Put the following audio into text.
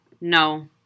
no